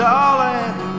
Darling